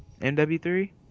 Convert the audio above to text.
MW3